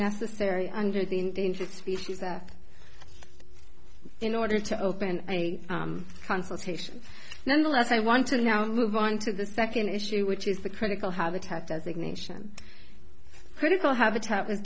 necessary under the endangered species that in order to open a consultation nonetheless i want to move on to the second issue which is the critical habitat designation critical habitat w